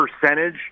percentage